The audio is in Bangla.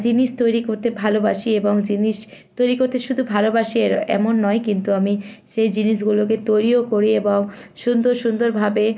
জিনিস তৈরি করতে ভালোবাসি এবং জিনিস তৈরি করতে শুধু ভালোবাসি এমন নয় কিন্তু আমি সেই জিনিসগুলোকে তৈরিও করি এবং সুন্দর সুন্দরভাবে